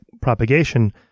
propagation